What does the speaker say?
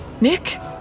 Nick